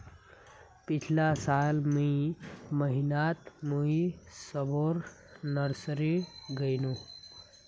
पिछला साल मई महीनातमुई सबोर नर्सरी गायेनू